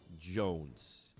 Jones